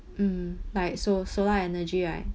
mm like so~ solar energy right